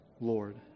Lord